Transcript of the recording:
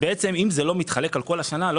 אם זה לא מתחלק על פני כל השנה אז בעצם